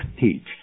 teach